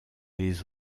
les